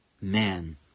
man